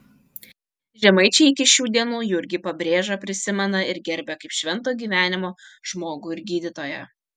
žemaičiai iki šių dienų jurgį pabrėžą prisimena ir gerbia kaip švento gyvenimo žmogų ir gydytoją